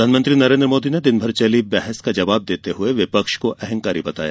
प्रधानमंत्री नरेंद्र मोदी ने दिन भर चली बहस का जवाब देते हुए विपक्ष को अहंकारी बताया